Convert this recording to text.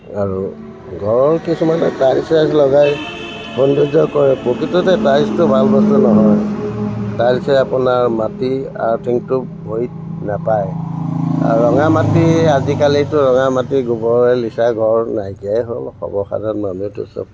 আৰু ঘৰৰ কিছুমানে টাইল্চ চাইল্চ লগায় সৌন্দৰ্য কৰে প্ৰকৃততে টাইল্চটো ভাল বস্তু নহয় টাইল্চে আপোনাৰ মাটিৰ আৰ্থিংটো ভৰিত নাপায় আৰু ৰঙা মাটি আজিকালিটো ৰঙা মাটি গোবৰেৰে লিচা ঘৰ নাইকিয়াই হ'ল সৰ্বসাধাৰণ মানুহেতো চব